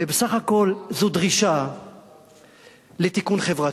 ובסך הכול, זו דרישה לתיקון חברתי.